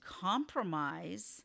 compromise